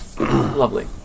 Lovely